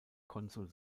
konsul